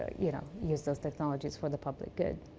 you know use those technologies for the public good.